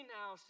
now